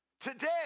Today